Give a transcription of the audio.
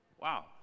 wow